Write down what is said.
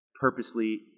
purposely